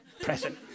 present